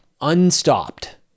unstopped